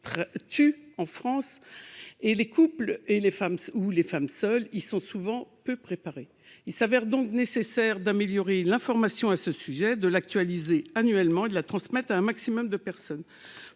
tue -et tant les couples que les femmes seules y sont souvent peu préparés. Il est donc nécessaire d'améliorer l'information sur ce sujet, de l'actualiser annuellement et de la transmettre à un maximum de personnes.